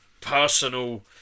personal